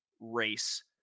race